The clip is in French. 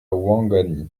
ouangani